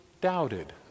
doubted